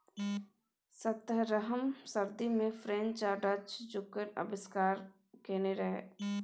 सतरहम सदी मे फ्रेंच आ डच जुटक आविष्कार केने रहय